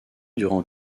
durant